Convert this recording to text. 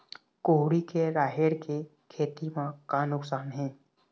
कुहड़ी के राहेर के खेती म का नुकसान हे?